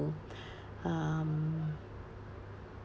um